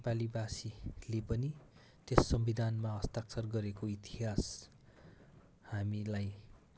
नेपाली भाषीले पनि त्यस संविधानमा हस्ताक्षर गरेको इतिहास हामीलाई